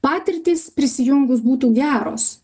patirtys prisijungus būtų geros